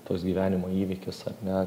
toks gyvenimo įvykis ar ne